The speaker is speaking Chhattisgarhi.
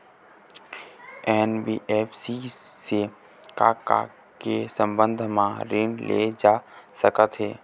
एन.बी.एफ.सी से का का के संबंध म ऋण लेहे जा सकत हे?